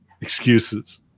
excuses